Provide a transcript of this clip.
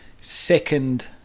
second